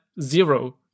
zero